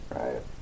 right